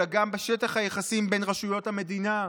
אלא גם בשטח היחסים בין רשויות המדינה,